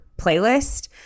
playlist